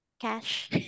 Cash